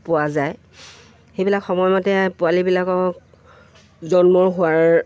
পোৱা যায় সেইবিলাক সময়মতে পোৱালিবিলাকক জন্মৰ হোৱাৰ